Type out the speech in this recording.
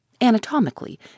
Anatomically